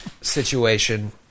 situation